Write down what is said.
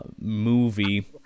movie